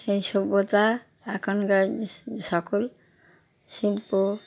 সেই সভ্যতা এখনকার সকল শিল্প